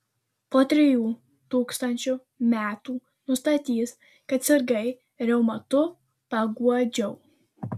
po trijų tūkstančių metų nustatys kad sirgai reumatu paguodžiau